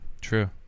True